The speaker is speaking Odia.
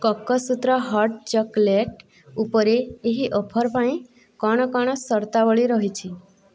କୋକୋ ସୂତ୍ର ହଟ୍ ଚକୋଲେଟ୍ ଉପରେ ଏହି ଅଫର୍ ପାଇଁ କ'ଣ କ'ଣ ସର୍ତ୍ତାବଳୀ ରହିଛି